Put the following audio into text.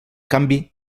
canvi